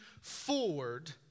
forward